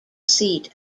seat